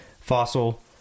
fossil